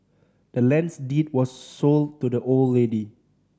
the land's deed was sold to the old lady